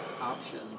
option